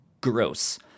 Gross